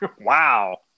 Wow